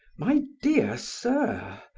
my dear sir,